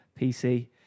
PC